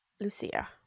lucia